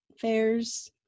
fairs